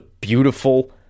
beautiful